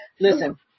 Listen